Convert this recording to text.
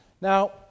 Now